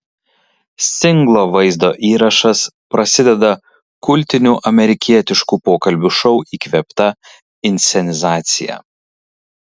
singlo vaizdo įrašas prasideda kultinių amerikietiškų pokalbių šou įkvėpta inscenizacija